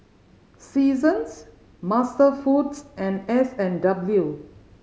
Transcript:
Seasons MasterFoods and S and W